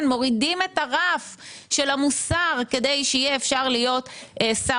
מורידים את הרף של המוסר כדי שיהיה אפשר להיות שר